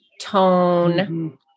tone